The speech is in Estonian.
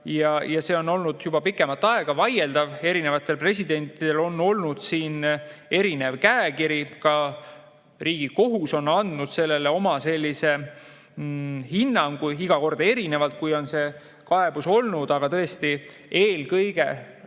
ja see on olnud juba pikemat aega vaieldav. Eri presidentidel on olnud siin erinev käekiri. Ka Riigikohus on andnud sellele oma hinnangu, iga kord erinevalt, kui on see kaebus olnud, aga tõesti, eelkõige sirvides